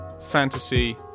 fantasy